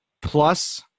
plus